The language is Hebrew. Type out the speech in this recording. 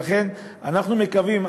ולכן אנחנו מקווים,